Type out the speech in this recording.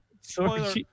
spoiler